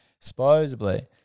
supposedly